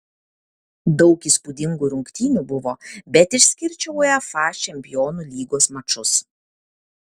daug įspūdingų rungtynių buvo bet išskirčiau uefa čempionų lygos mačus